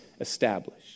establish